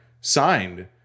signed